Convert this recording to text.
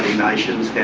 nations, they're